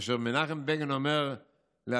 כאשר מנחם בגין אומר לאבי,